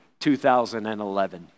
2011